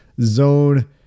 zone